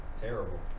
Terrible